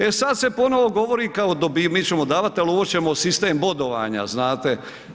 E, sad se ponovo govori kao mi ćemo davat ali uvest ćemo sistem bodovanja znate.